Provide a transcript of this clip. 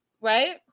right